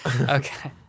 Okay